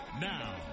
Now